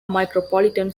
micropolitan